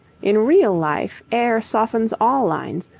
in real life air softens all lines,